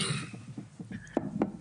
תכנון כוח אדם בהוראה המלצות).